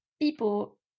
people